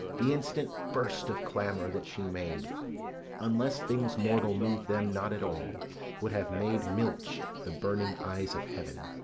the instant burst of clamour that she made unless things mortal move them not at all would have made milch the burning eyes of heaven,